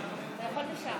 ככלכלן.